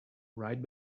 right